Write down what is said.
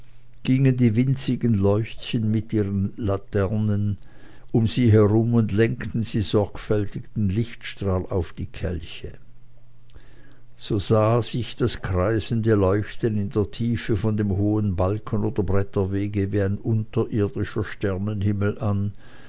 gingen die winzigen leutchen mit ihren laternchen um sie herum und lenkten sorgfältig den lichtstrahl auf die kelche so sah sich das kreisende leuchten in der tiefe von dem hohen balken oder bretterwege wie ein unterirdischer sternhimmel an